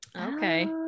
Okay